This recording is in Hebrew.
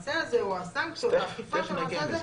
המעשה הזה או הסנקציות או האכיפה של המעשה הזה.